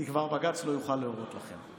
כי בג"ץ כבר לא יוכל להורות לכם.